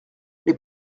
les